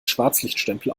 schwarzlichtstempel